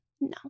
no